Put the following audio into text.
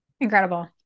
incredible